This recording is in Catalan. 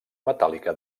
metàl·lica